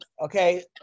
okay